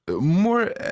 more